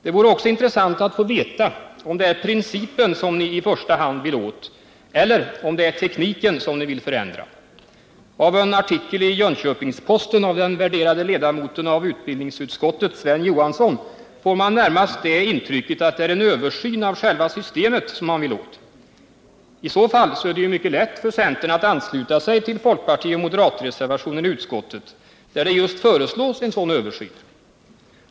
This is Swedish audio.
Det vore också intressant att få veta, om det är principen som ni i första hand vill åt eller om det är tekniken som ni vill förändra. Av en artikel i Jönköpings-Posten av den värderade ledamoten av utbildningsutskottet, Sven Johansson, får man närmast det intrycket, att det är en översyn av själva systemet som man vill åt. I det fallet är det ju mycket lätt för centern att ansluta sig till folkpartioch moderatreservationen i utskottet, där det just föreslås en sådan översyn.